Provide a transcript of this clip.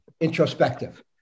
introspective